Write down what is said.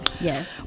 Yes